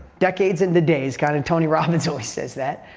decades into days. kind of and tony robbins always says that.